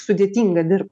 sudėtinga dirbt